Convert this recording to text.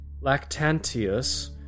Lactantius